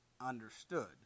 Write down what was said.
understood